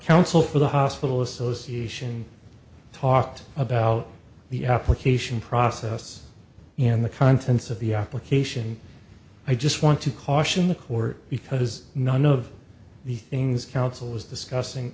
counsel for the hospital association talked about the application process and the contents of the application i just want to caution the court because none of the things counsel is discussing